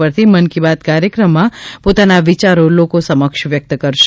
પરથી મન કી બાત કાર્યક્રમમાં પોતાના વિચારો લોકો સમક્ષ વ્યક્ત કરશે